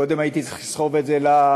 קודם הייתי צריך לסחוב את זה לחדר,